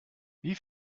wie